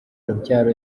urubyaro